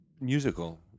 musical